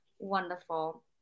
Wonderful